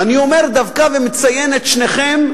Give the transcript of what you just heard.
ואני אומר דווקא ומציין את שניכם,